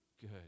Good